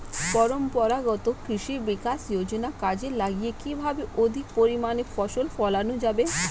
পরম্পরাগত কৃষি বিকাশ যোজনা কাজে লাগিয়ে কিভাবে অধিক পরিমাণে ফসল ফলানো যাবে?